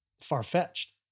far-fetched